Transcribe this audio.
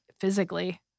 physically